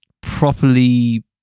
properly